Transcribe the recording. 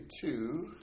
two